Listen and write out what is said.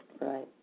Right